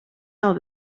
nav